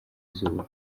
izuba